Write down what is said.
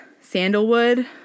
sandalwood